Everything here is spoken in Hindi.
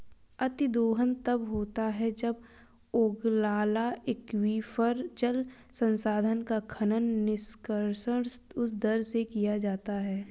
अतिदोहन तब होता है जब ओगलाला एक्वीफर, जल संसाधन का खनन, निष्कर्षण उस दर से किया जाता है